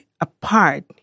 apart